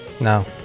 No